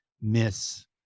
miss